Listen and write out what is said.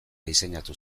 diseinatu